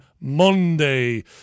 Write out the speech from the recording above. Monday